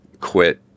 quit